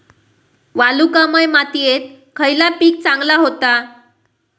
वालुकामय मातयेत खयला पीक चांगला होता?